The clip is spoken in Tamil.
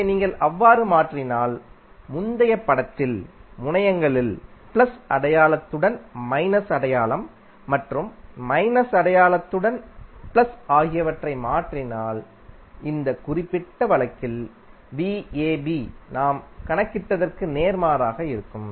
எனவே நீங்கள் அவ்வாறு மாற்றினால் முந்தைய படத்தில் முனையங்களில் பிளஸ் அடையாளத்துடன் மைனஸ் அடையாளம் மற்றும் மைனஸ் அடையாளத்துடன்பிளஸ் ஆகியவற்றை மாற்றினால் இந்த குறிப்பிட்ட வழக்கில் நாம் கணக்கிட்டதற்கு நேர்மாறாக இருக்கும்